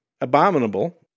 abominable